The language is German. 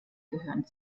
gehören